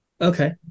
Okay